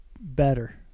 better